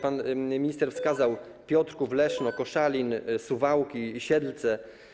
Pan minister wskazał tutaj Piotrków, Leszno, Koszalin, Suwałki, Siedlce.